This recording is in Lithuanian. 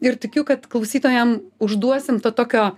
ir tikiu kad klausytojam užduosim to tokio